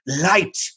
Light